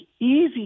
easy